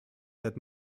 that